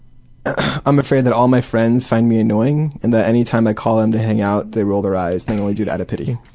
i'm afraid that all my friends find me annoying and that any time i call them to hang out they roll their eyes and they only do it out of pity.